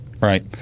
Right